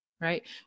right